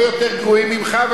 לא יותר גרועים ממך,